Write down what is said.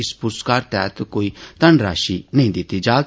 इस पुरस्कार तैहत कोई धनराशी नेई दिती जाग